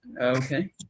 okay